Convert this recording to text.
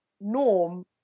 norm